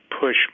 push